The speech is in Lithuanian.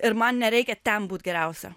ir man nereikia ten būt geriausia